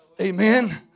Amen